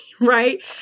right